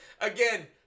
Again